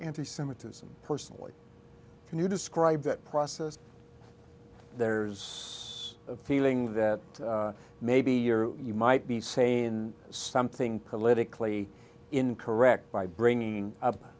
anti semitism personally can you describe that process there's a feeling that maybe you're you might be sayin something politically incorrect by bringing up